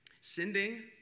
sending